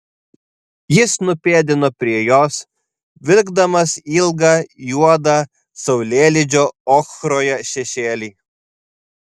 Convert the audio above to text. jis nupėdino prie jos vilkdamas ilgą juodą saulėlydžio ochroje šešėlį